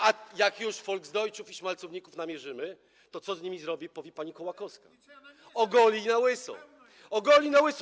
A jak już volksdeutschów i szmalcowników namierzymy, to co z nimi zrobi, powie pani Kołakowska z PiS-u - ogoli na łyso.